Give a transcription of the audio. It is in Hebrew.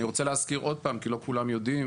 אני רוצה להזכיר עוד פעם כי לא כולם יודעים,